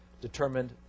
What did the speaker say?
determined